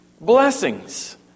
blessings